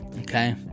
okay